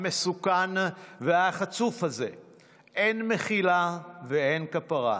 המסוכן והחצוף הזה אין מחילה ואין כפרה.